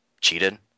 cheated